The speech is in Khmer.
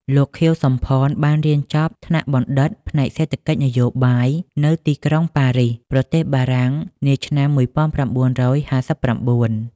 លោក ខៀវ សំផន បានរៀនចប់ថ្នាក់បណ្ឌិតផ្នែកសេដ្ឋកិច្ចនយោបាយ នៅទីក្រុងប៉ារីស ប្រទេសបារាំង នាឆ្នាំ ១៩៥៩ ។